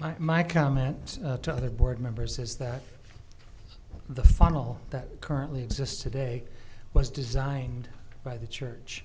there my comment to other board members is that the final that currently exists today was designed by the church